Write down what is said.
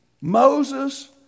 Moses